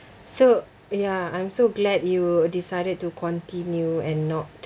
so ya I'm so glad you decided to continue and not